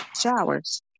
showers